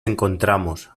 encontramos